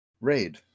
Raid